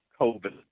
COVID